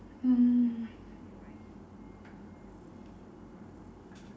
mm